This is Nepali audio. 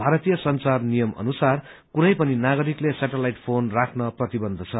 भारतीय संचार नियम अनुसार कुनै पनि नागरिकले सेटलाइट फोन राख्न प्रतिबन्ध छ